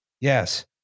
Yes